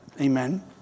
Amen